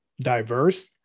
diverse